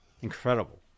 incredible